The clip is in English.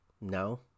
no